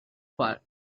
far